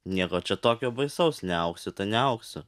nieko čia tokio baisaus neaugsiu tai neaugsiu